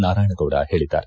ನಾರಾಯಣಗೌಡ ಪೇಳಿದ್ದಾರೆ